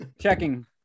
checking